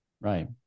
Right